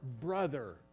brother